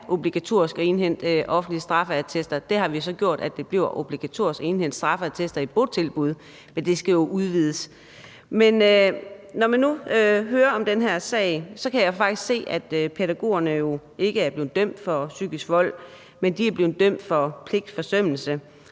er obligatorisk at indhente offentlige straffeattester. Der har vi jo så gjort, at det bliver obligatorisk at indhente straffeattester i botilbud, men det skal jo udvides. Men når man nu hører om den her sag, kan man jo faktisk se, at pædagogerne ikke er blevet dømt for psykisk vold, men at de blevet dømt for pligtforsømmelse,